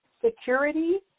security